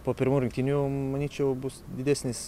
po pirmų rungtynių manyčiau bus didesnis